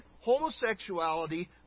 homosexuality